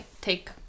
take